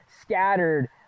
scattered